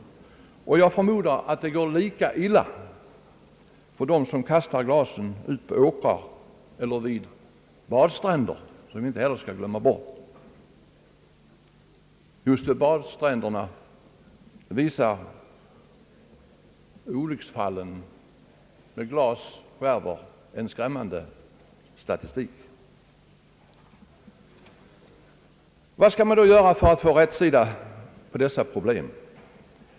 Jag förmodar att det går lika illa för dem som kastar glasflaskor ut på åkrar eller vid badstränder, som vi inte heller skall glömma bort. Just vid badstränderna visar nämligen olycksfallen med glasskärvor en skrämmande statistik. Vad skall man då göra för att få rätsida på dessa problem?